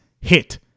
hit